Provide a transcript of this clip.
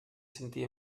sentia